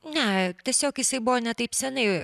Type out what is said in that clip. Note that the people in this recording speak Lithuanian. ne tiesiog jisai buvo ne taip seniai